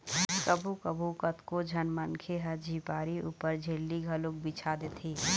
कभू कभू कतको झन मनखे ह झिपारी ऊपर झिल्ली घलोक बिछा देथे